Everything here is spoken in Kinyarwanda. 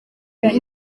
minsi